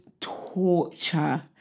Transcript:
torture